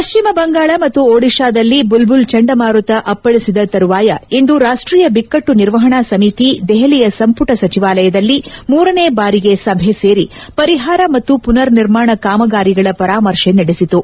ಪಶ್ಚಿಮ ಬಂಗಾಳ ಮತ್ತು ಒಡಿಶಾದಲ್ಲಿ ಬುಲ್ ಬುಲ್ ಚಂಡಮಾರುತ ಅಪ್ಪಳಿಸಿದ ತರುವಾಯ ಇಂದು ರಾಷ್ಷೀಯ ಬಿಕ್ಕಟ್ಷ ನಿರ್ವಹಣಾ ಸಮಿತಿ ದೆಹಲಿಯ ಸಂಪುಟ ಸಚಿವಾಲಯದಲ್ಲಿ ಮೂರನೇ ಬಾರಿಗೆ ಸಭೆ ಸೇರಿ ಪರಿಹಾರ ಮತ್ತು ಪುನರ್ನಿರ್ಮಾಣ ಕಾಮಗಾರಿಗಳ ಪರಾಮರ್ಶೆ ನಡೆಸಿತು